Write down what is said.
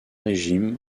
régime